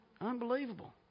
Unbelievable